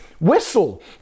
whistle